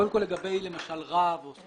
קודם כל, לגבי למשל רב או